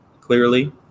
clearly